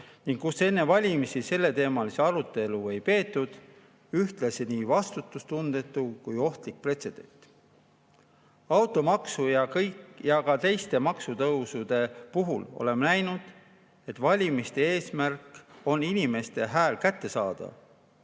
ning kus enne valimisi selleteemalist arutelu ei peetud, ühtlasi nii vastutustundetu kui ohtlik pretsedent. Automaksu ja ka teiste maksutõusude puhul oleme näinud, et valimiste eesmärk on inimeste hääl kätte saada,